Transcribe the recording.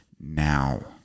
now